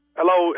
Hello